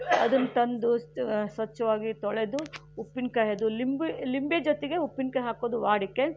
ಅದನ್ನು ತಂದು ಸ ಸ್ವಚ್ಚವಾಗಿ ತೊಳೆದು ಉಪ್ಪಿನಕಾಯದು ಲಿಂಬು ಲಿಂಬೆ ಜೊತೆಗೆ ಉಪ್ಪಿನಕಾಯಿ ಹಾಕೋದು ವಾಡಿಕೆ